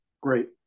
Great